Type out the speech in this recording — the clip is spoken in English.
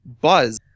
buzz